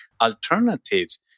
alternatives